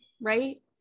right